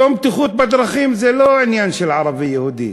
יום הבטיחות בדרכים זה לא עניין של ערבי יהודי.